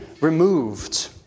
removed